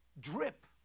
drip